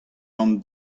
gant